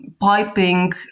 piping